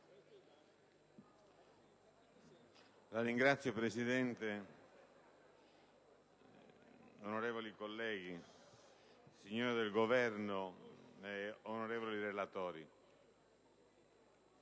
Signor Presidente, onorevoli colleghi, signori del Governo, onorevoli relatori,